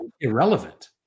irrelevant